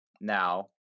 now